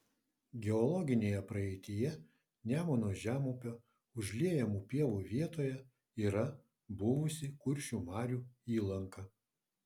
geologinėje praeityje nemuno žemupio užliejamų pievų vietoje yra buvusi kuršių marių įlanka